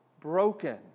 broken